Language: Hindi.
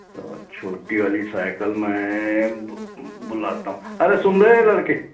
तो छोटी वाली साइकल मैं बुलाता हूँ अरे सुन रे लड़के